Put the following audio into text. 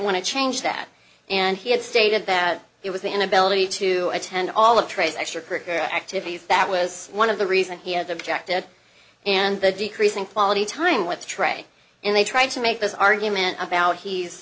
want to change that and he had stated that it was the inability to attend all of trey's extracurricular activities that was one of the reason here the objective and the decreasing quality time with the tray and they tried to make this argument about he's